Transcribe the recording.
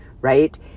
right